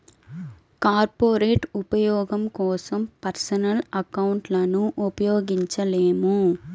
corporate ఉపయోగం కోసం personal అకౌంట్లను ఉపయోగించలేము